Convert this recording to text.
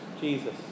Jesus